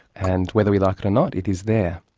and whether we like it or not, it is there.